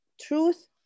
truth